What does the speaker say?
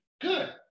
Good